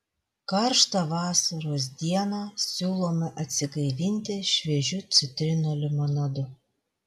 karštą vasaros dieną siūlome atsigaivinti šviežiu citrinų limonadu